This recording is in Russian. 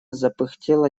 запыхтела